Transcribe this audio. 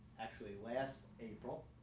actually last april.